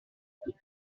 elle